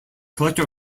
collector